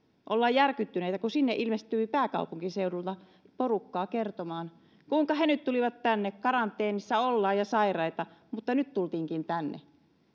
ollaan järkyttyneitä kun sinne ilmestyy pääkaupunkiseudulta porukkaa kertomaan kuinka he nyt tulivat tänne karanteenissa ollaan ja sairaita mutta nyt tultiinkin tänne